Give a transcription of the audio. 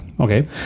Okay